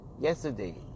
Yesterday